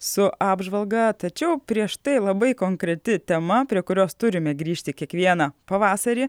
su apžvalga tačiau prieš tai labai konkreti tema prie kurios turime grįžti kiekvieną pavasarį